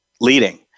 leading